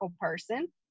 person